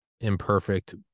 imperfect